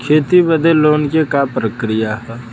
खेती बदे लोन के का प्रक्रिया ह?